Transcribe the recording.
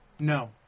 No